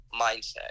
mindset